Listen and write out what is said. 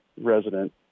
resident